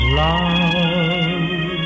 love